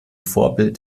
vorbild